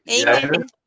Amen